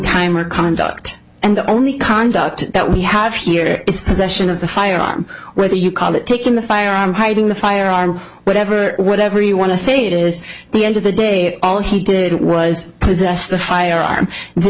time or conduct and the only conduct that we have here is possession of the firearm whether you call it taking the firearm hiding the firearm whatever whatever you want to say it is the end of the day if all he did was possess the firearm